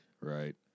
Right